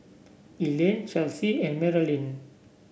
Elaine Chelsey and Marolyn